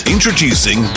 Introducing